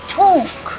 talk